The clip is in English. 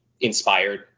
inspired